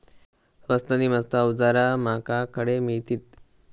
स्वस्त नी मस्त अवजारा माका खडे मिळतीत?